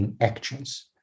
actions